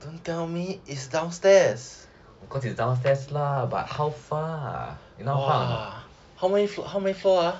of course it's downstairs lah but how far you know how far or not